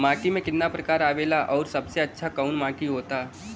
माटी के कितना प्रकार आवेला और सबसे अच्छा कवन माटी होता?